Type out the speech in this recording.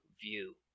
view